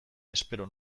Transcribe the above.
espero